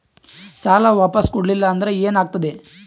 ಸಾಲ ವಾಪಸ್ ಕೊಡಲಿಲ್ಲ ಅಂದ್ರ ಏನ ಆಗ್ತದೆ?